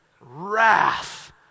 wrath